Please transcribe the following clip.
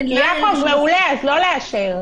יעקב, מעולה, אז לא לאשר.